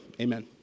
Amen